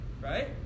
right